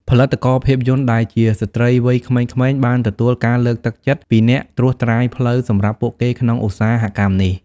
ផលិតករភាពយន្តដែលជាស្ត្រីវ័យក្មេងៗបានទទួលការលើកទឹកចិត្តពីអ្នកត្រួសត្រាយផ្លូវសម្រាប់ពួកគេក្នុងឧស្សាហកម្មនេះ។